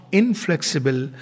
inflexible